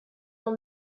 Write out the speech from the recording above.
will